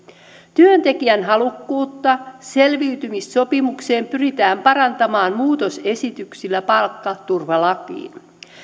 työntekijän halukkuutta selviytymissopimukseen pyritään parantamaan muutosesityksillä palkkaturvalakiin